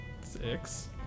Six